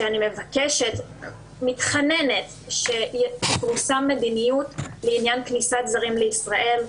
בהן אני מבקשת ומתחננת שתפורסם מדיניות לעניין כניסת זרים לישראל.